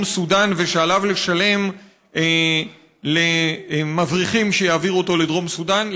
סודאן ושעליו לשלם למבריחים שיעבירו אותו לדרום סודאן.